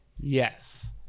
Yes